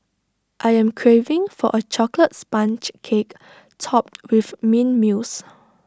I am craving for A Chocolate Sponge Cake Topped with Mint Mousse